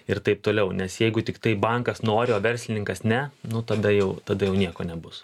ir taip toliau nes jeigu tiktai bankas nori o verslininkas ne nu tada jau tada jau nieko nebus